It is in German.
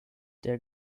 der